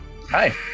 Hi